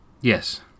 Yes